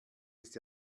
ist